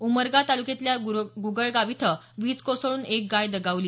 उमरगा तालुक्यातल्या गुगळगाव इथं वीज कोसळून एक गाय दगावली